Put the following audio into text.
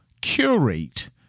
curate